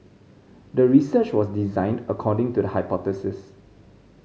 the research was designed according to the hypothesis